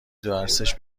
درسش